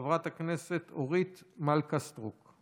חברת הכנסת אורית מלכה סטרוק,